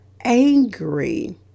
angry